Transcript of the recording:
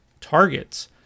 targets